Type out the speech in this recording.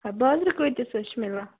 ہَے بازرٕ کۭتِس حظ چھُ میلان